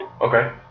Okay